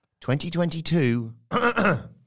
2022